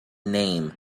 name